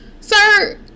sir